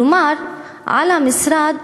כלומר, על המשרד